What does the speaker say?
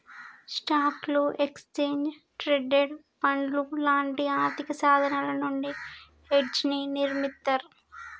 స్టాక్లు, exchange traded ఫండ్లు లాంటి ఆర్థికసాధనాల నుండి హెడ్జ్ని నిర్మిత్తర్